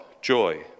joy